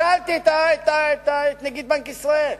שאלתי את נגיד בנק ישראל.